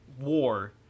war